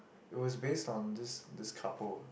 it was based on this this couple